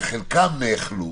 שחלקם נאכלו,